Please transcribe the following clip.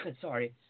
sorry